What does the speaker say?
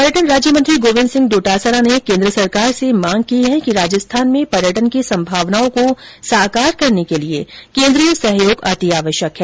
पर्यटन राज्य मंत्री गोविंद सिंह डोटासरा ने केंद्र सरकार से मांग की है कि राजस्थान में पर्यटन की संभावनाओं को साकार करने के लिए केंद्रीय सहयोग अति आवश्यक है